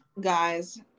guys